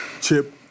Chip